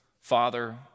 Father